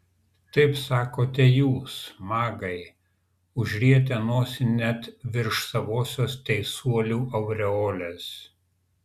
taip sakote jūs magai užrietę nosį net virš savosios teisuolių aureolės